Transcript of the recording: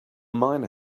miner